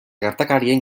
gertakariaren